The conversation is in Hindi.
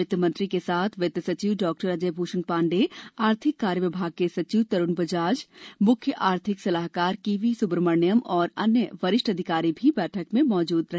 वित्तमंत्री के साथ वित्त सचिव डॉक्टर अजय भूषण पांडे आर्थिक कार्य विभाग के सचिव तरुण बजाज मुख्य आर्थिक सलाहकार के वी सुब्रहमण्यन तथा अन्य वरिष्ठ अधिकारी भी बैठक में उपस्थित रहे